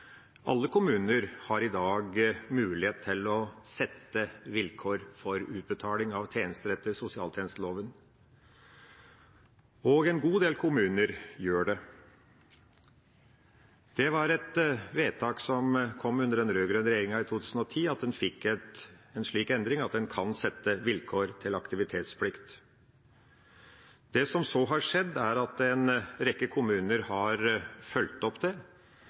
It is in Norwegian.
Alle kommuner har i dag mulighet til å sette vilkår for utbetaling av tjenester etter sosialtjenesteloven, og en god del kommuner gjør det. Det var gjennom et vedtak som kom under den rød-grønne regjeringa i 2010, at en fikk en slik endring at en kan sette vilkår med hensyn til aktivitetsplikt. Det som så har skjedd, er at en rekke kommuner har fulgt det opp. Det